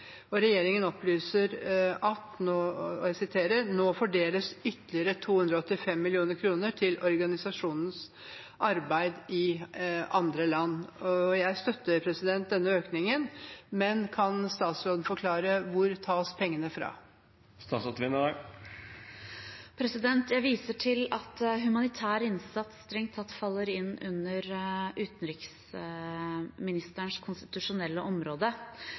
Regjeringen opplyser: «Nå fordeles ytterligere 285 millioner kroner til organisasjonens arbeid i andre land.» Jeg støtter denne økningen, men kan statsråden forklare hvor pengene tas fra? Jeg viser til at humanitær innsats strengt tatt faller inn under utenriksministerens konstitusjonelle område,